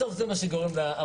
בסוף זה מה שגורם להרוגים.